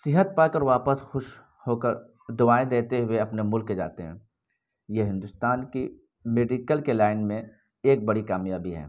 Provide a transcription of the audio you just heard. صحت پا کر واپس خوش ہو کر دعائیں دیتے ہوئے اپنے ملک جاتے ہیں یہ ہندوستان کی میڈیکل کے لائن میں ایک بڑی کامیابی ہے